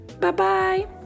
Bye-bye